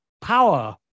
power